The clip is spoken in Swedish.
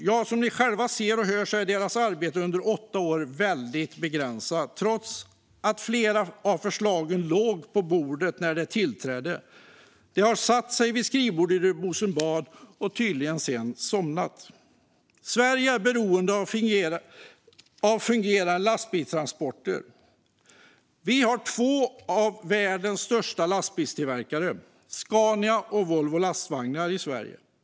Ja, som ni själva ser och hör är dess arbete under åtta år väldigt begränsat. Trots att flera av förslagen låg på bordet när regeringen tillträdde har man satt sig vid skrivbordet på Rosenbad och sedan tydligen somnat. Sverige är beroende av fungerande lastbilstransporter. Vi har två av världens största lastbilstillverkare, Scania och Volvo Lastvagnar, i Sverige.